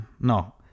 No